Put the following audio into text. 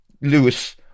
Lewis